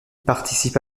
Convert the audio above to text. participa